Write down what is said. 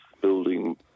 building